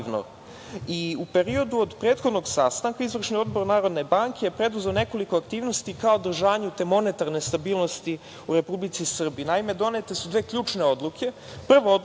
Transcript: i u periodu od prethodnog sastanka izvršni Odbor Narodne banke preduzeo je nekoliko aktivnosti ka održanju te monetarne stabilnosti u Republici Srbiji. Naime, donete su dve ključne odluke. Prva odluka